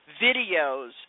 videos